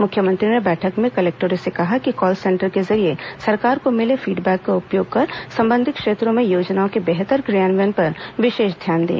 मुख्यमंत्री ने बैठक में कलेक्टरों से कहा कि कॉल सेंटर के जरिए सरकार को मिले फीडबैक का उपयोग कर संबंधित क्षेत्रों में योजनाओं के बेहतर क्रियान्यवन पर विशेष ध्यान दें